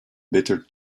bitter